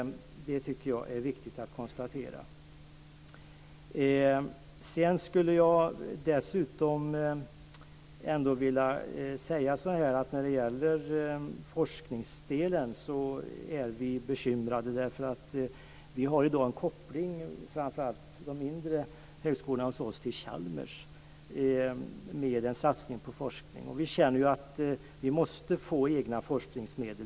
Det tycker jag är viktigt att konstatera. Dessutom skulle jag vilja säga att vi är bekymrade när det gäller forskningsdelen. Framför allt de mindre högskolorna hos oss har i dag en koppling till Chalmers när det gäller satsning på forskning. Vi känner att vi måste få egna forskningsmedel.